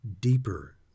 deeper